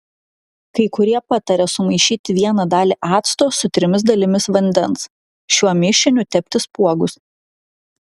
kai kurie pataria sumaišyti vieną dalį acto su trimis dalimis vandens šiuo mišiniu tepti spuogus